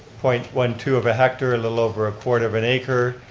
point one two of a hectare, a little over a quarter of an acre,